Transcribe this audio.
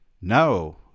No